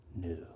new